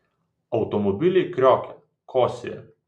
automobiliai kriokia kosėja